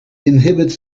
inhibit